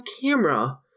camera